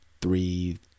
three